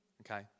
okay